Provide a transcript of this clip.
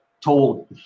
told